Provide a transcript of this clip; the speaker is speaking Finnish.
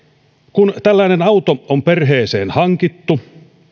kun tällainen auto on perheeseen hankittu